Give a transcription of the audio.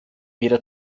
ihre